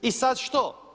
I sada što?